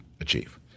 achieve